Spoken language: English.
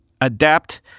adapt